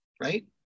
right